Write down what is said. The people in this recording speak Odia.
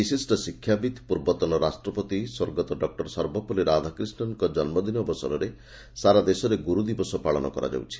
ବିଶିଷ ଶିକ୍ଷାବିତ୍ ପୂର୍ବତନ ରାଷ୍ଟ୍ରପତି ସ୍ୱର୍ଗତ ଡକ୍କର ସର୍ବପଲ୍କ ରାଧାକ୍ରିଷ୍ଡଙ୍ ଜନ୍କ ଦିନ ଅବସରରେ ସାରା ଦେଶରେ ଗୁର୍ଦିବସ ପାଳନ କରାଯାଉଛି